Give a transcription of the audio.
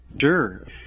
Sure